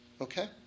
okay